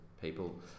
people